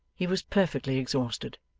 he was perfectly exhausted,